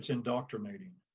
indoctrinating.